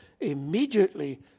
immediately